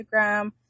Instagram